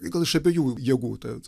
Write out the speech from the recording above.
gal iš abiejų jėgų tad